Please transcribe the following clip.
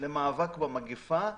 למאבק במגיפה,